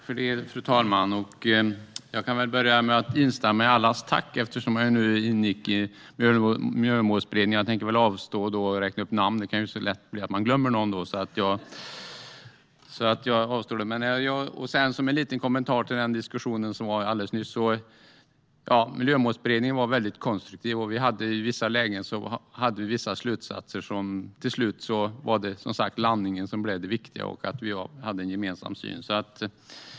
Fru talman! Jag kan börja med att instämma i allas tack, eftersom jag ingick i Miljömålsberedningen. Jag tänker dock avstå från att räkna upp namn. Det är ju lätt hänt att man glömmer någon. Jag har en liten kommentar till den diskussion som fördes alldeles nyss. Miljömålsberedningen var väldigt konstruktiv. I vissa lägen hade vi vissa slutsatser, men till slut var det som sagt landningen i en gemensam syn som blev det viktiga.